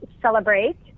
Celebrate